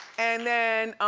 and then